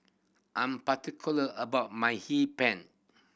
I'm particular about my Hee Pan